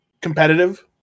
competitive